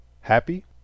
Happy